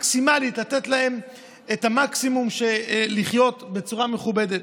המקסימלית לתת להם את המקסימום של חיים בצורה מכובדת.